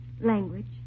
Language